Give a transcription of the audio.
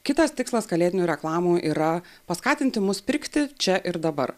kitas tikslas kalėdinių reklamų yra paskatinti mus pirkti čia ir dabar